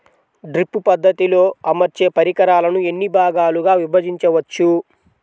Drip పద్ధతిలో అమర్చే పరికరాలను ఎన్ని భాగాలుగా విభజించవచ్చు?